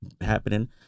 happening